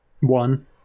One